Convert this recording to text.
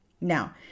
Now